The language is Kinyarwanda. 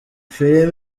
film